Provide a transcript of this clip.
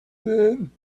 then